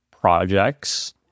projects